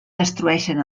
destrueixen